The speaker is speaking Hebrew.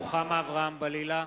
(קורא בשמות חברי הכנסת) רוחמה אברהם-בלילא,